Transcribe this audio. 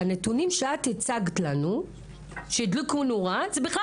שהנתונים שהצגת לנו והדליקו נורה הם בכלל